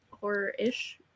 horror-ish